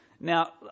Now